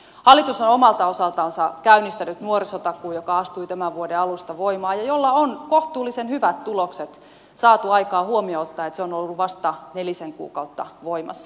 hallitus on omalta osaltansa käynnistänyt nuorisotakuun joka astui tämän vuoden alusta voimaan ja jolla on saatu aikaan kohtuullisen hyvät tulokset huomioon ottaen että se on ollut vasta nelisen kuukautta voimassa